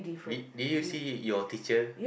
did did you see your teacher